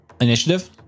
Initiative